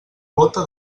bóta